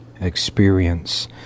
experience